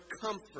comfort